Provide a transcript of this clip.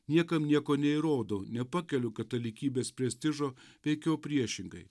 niekam nieko neįrodo nepakeliu katalikybės prestižo veikiau priešingai